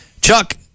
Chuck